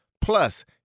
plus